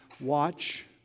Watch